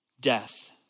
death